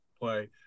play